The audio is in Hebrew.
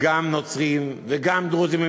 גם נוצרים וגם דרוזים,